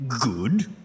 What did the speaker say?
good